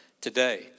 today